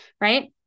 right